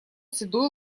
седой